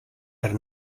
der